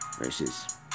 versus